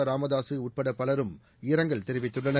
ராமதாசு உட்பட பலரும் இரங்கல் தெரிவித்துள்ளனர்